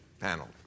panel